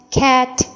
cat